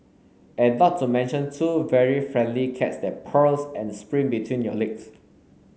and not to mention two very friendly cats that purrs and sprint between your legs